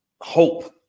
hope